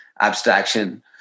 abstraction